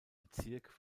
bezirk